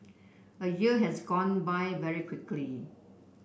a year has gone by very quickly